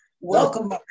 Welcome